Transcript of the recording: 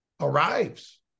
arrives